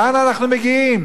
לאן אנחנו מגיעים?